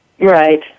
Right